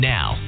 Now